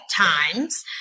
times